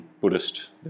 Buddhist